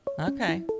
Okay